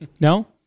No